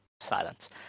Silence